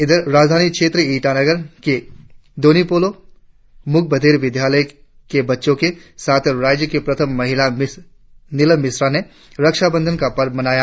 इधर राजधानी क्षेत्र ईटानगर के दोन्यी पोलो मुकबधिर विद्यालय के बच्चों के साथ राज्य की प्रथम महिला नीलम मिश्रा ने रक्षाबंधन का पर्व मनाया